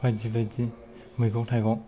बायदि बायदि मैगं थाइगं